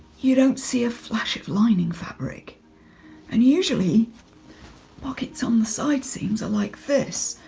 you don't see a flash of lining fabric and usually pockets on the side seams are like this.